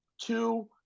two